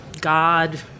god